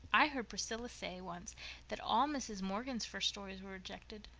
i heard priscilla say once that all mrs. morgan's first stories were rejected.